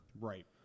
Right